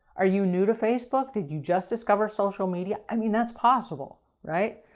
are you new to facebook? did you just discover social media? i mean that's possible, right?